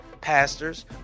pastors